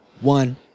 one